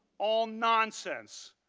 all nonsense.